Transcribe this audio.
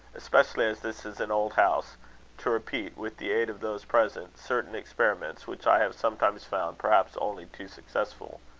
especially as this is an old house to repeat, with the aid of those present, certain experiments which i have sometimes found perhaps only too successful.